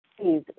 Please